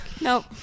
Nope